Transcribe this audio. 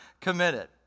committed